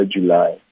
July